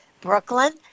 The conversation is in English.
Brooklyn